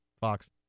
Fox